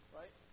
right